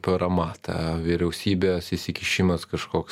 parama ta vyriausybės įsikišimas kažkoks